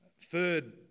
Third